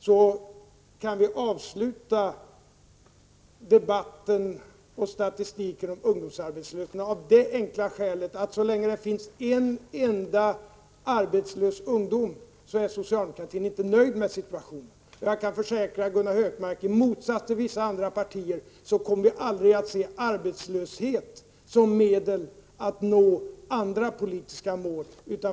Vi kan nu avsluta debatten och talet om statistik när det gäller ungdomsarbetslösheten av det enkla skälet, att så länge det finns en enda arbetslös ung människa är socialdemokratin inte nöjd med situationen. Jag kan försäkra Gunnar Hökmark att vi i motsats till vissa andra partier aldrig kommer att se arbetslöshet som medel att nå andra politiska mål.